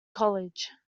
college